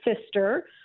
sister